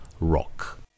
Rock